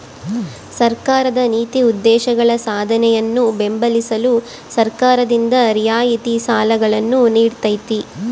ಸರ್ಕಾರದ ನೀತಿ ಉದ್ದೇಶಗಳ ಸಾಧನೆಯನ್ನು ಬೆಂಬಲಿಸಲು ಸರ್ಕಾರದಿಂದ ರಿಯಾಯಿತಿ ಸಾಲಗಳನ್ನು ನೀಡ್ತೈತಿ